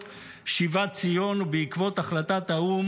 "שהרי אתה עתה ברוך ה',